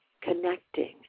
connecting